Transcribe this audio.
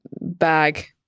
bag